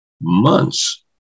months